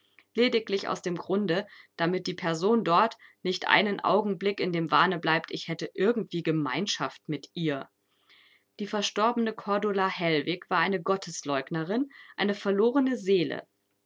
lediglich aus dem grunde damit die person dort nicht einen augenblick in dem wahne bleibt ich hätte irgendwie gemeinschaft mit ihr die verstorbene cordula hellwig war eine gottesleugnerin eine verlorene seele